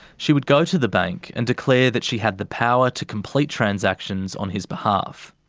she would go to the bank and declare that she had the power to complete transactions on his behalf.